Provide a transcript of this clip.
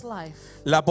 life